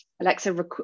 Alexa